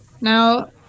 Now